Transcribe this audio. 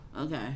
okay